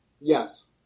Yes